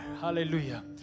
hallelujah